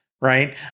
right